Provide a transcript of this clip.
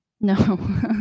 No